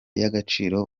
y’agaciro